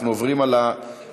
אנחנו עוברים לחלופין